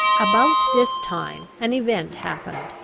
about this time an event happened,